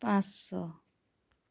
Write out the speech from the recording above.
ᱯᱟᱸᱪ ᱥᱚ